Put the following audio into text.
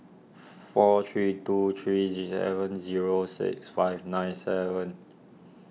four three two three seven zero six five nine seven